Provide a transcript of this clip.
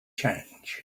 change